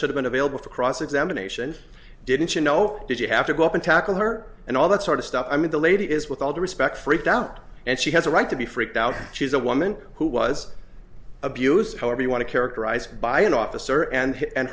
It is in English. should've been available for cross examination didn't you know did you have to go up and tackle her and all that sort of stuff i mean the lady is with all due respect freaked out and she has a right to be freaked out she's a woman who was abused however you want to characterize by an officer and